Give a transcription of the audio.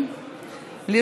לפרוטוקול,